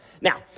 Now